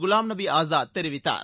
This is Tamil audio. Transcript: குலாம் நபி ஆஸாத் தெரிவித்தார்